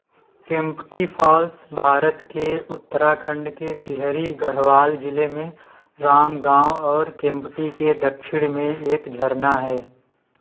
Kempty falls Bharat के उत्तराखंड के टिहरी गढ़वाल जिले में राम गाँव और केम्प्टी के दक्षिण में एक झरना है